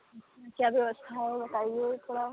उसमें क्या व्यवस्था हो बताइए वह थोड़ा